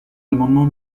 l’amendement